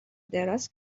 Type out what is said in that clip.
دراز